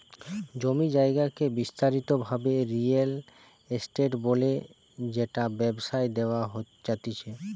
জমি জায়গাকে বিস্তারিত ভাবে রিয়েল এস্টেট বলে যেটা ব্যবসায় দেওয়া জাতিচে